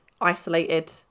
isolated